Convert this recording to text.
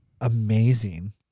amazing